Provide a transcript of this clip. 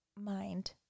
mind